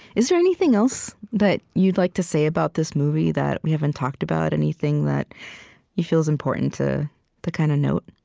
is there anything else that you'd like to say about this movie that we haven't talked about? anything that you feel is important to kind of note?